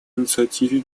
инициативе